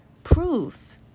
proof